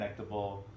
Connectable